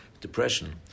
depression